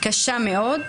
קשה מאוד,